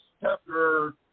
chapter